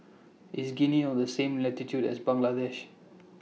IS Guinea on The same latitude as Bangladesh